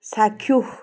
চাক্ষুষ